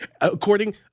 According